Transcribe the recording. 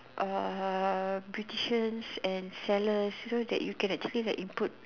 uh beautician and sellers so that you can actually like input